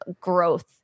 growth